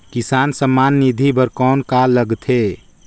किसान सम्मान निधि बर कौन का लगथे?